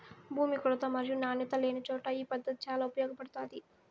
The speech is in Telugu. భూమి కొరత మరియు నాణ్యత లేనిచోట ఈ పద్దతి చాలా ఉపయోగపడుతాది